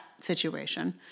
situation